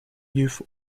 youth